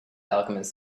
alchemist